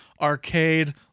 arcade